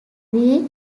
great